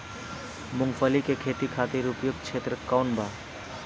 मूँगफली के खेती खातिर उपयुक्त क्षेत्र कौन वा?